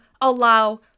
allow